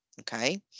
Okay